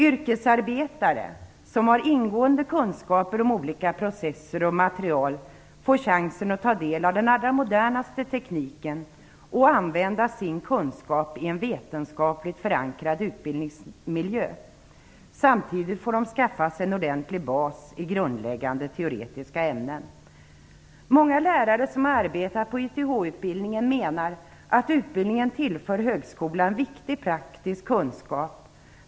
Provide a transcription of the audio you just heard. Yrkesarbetare som har ingående kunskaper om olika processer och material får chansen att ta del av den allra modernaste tekniken och använda sin kunskap i en vetenskapligt förankrad utbildningsmiljö. Samtidigt får de skaffa sig en ordentlig bas i grundläggande teoretiska ämnen. Många lärare som arbetar på YTH-utbildningen menar att utbildningen tillför högskolan viktig praktisk kunskap.